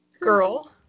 girl